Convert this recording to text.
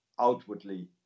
outwardly